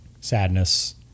sadness